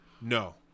No